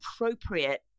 appropriate